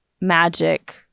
magic